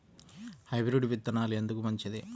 Hybrid విత్తనాలు ఎందుకు మంచిది?